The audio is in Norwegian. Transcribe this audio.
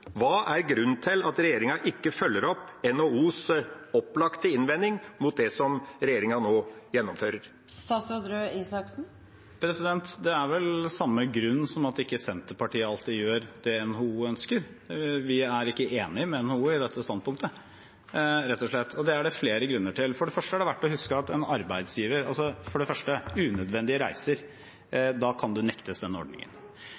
Hva er grunnen til at regjeringa ikke følger opp NHOs opplagte innvending mot det som regjeringa nå gjennomfører? Det er vel samme grunn som at Senterpartiet ikke alltid gjør det NHO ønsker. Vi er ikke enig med NHO i dette standpunktet rett og slett, og det er det flere grunner til. For det første til unødvendige reiser: Da kan du nektes denne ordningen. Så er det